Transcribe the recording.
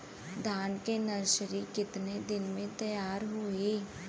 धान के नर्सरी कितना दिन में तैयार होई?